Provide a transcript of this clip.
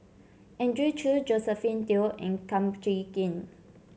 Andrew Chew Josephine Teo and Kum Chee Kin